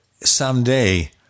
someday